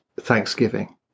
Thanksgiving